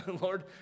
Lord